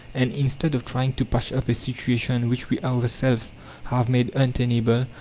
and instead of trying to patch up a situation which we ourselves have made untenable,